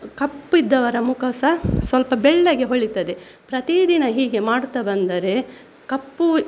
ಕಪ್ಪಿದ್ದವರ ಮುಖ ಸಹ ಸ್ವಲ್ಪ ಬೆಳ್ಳಗೆ ಹೊಳಿತದೆ ಪ್ರತಿದಿನ ಹೀಗೆ ಮಾಡುತ್ತಾ ಬಂದರೆ ಕಪ್ಪು